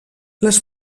les